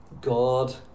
God